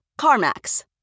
CarMax